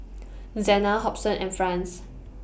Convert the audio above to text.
Zena Hobson and Franz